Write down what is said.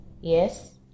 Yes